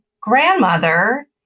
grandmother